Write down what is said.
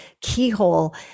keyhole